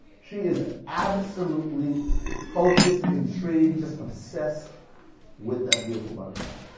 she is absolutely focused, intrigued, just obsessed with that beautiful butterfly.